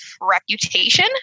Reputation